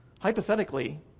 Hypothetically